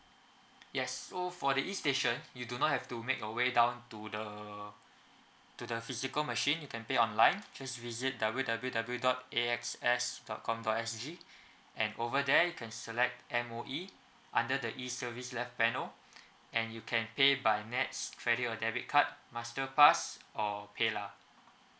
yes so for the e station you do not have to make your way down to the to the physical machine you can pay online just visit W W W dot A_X_S dot com dot S_G and over there you can select M_O_E under the e service left panel and you can pay by nets credit or debit card masterpass or paylah